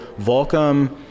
Volcom